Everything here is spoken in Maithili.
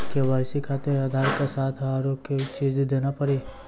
के.वाई.सी खातिर आधार के साथ औरों कोई चीज देना पड़ी?